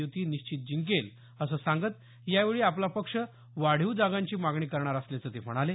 युती निश्चित जिंकेल असं सांगत यावेळी आपला पक्ष वाढीव जागांची मागणी करणार असल्याचं ते म्हणाले